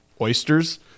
oysters